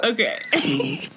Okay